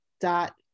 dot